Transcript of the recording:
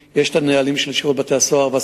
3. מתי יבוטל האיסור?